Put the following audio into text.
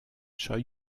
choi